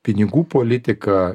pinigų politika